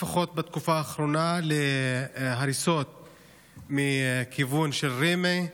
לפחות בתקופה האחרונה, להריסות מכיוון של רמ"י,